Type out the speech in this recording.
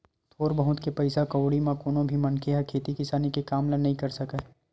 थोर बहुत के पइसा कउड़ी म कोनो भी मनखे ह खेती किसानी के काम ल नइ कर सकय